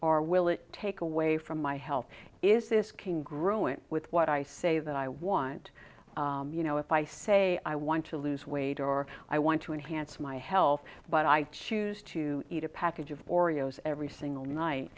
or will it take away from my health is this can growing with what i say that i want you know if i say i want to lose weight or i want to enhance my health but i choose to eat a package of oreos every single night